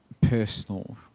personal